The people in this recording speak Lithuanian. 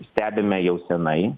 stebime jau senai